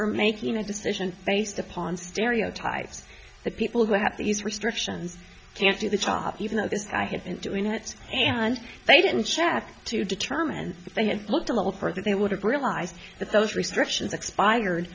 they're making a decision based upon stereotypes that people who have these restrictions can't do the top even though this guy had been doing it and they didn't check to determine if they had looked a little further they would have realized that those restrictions expired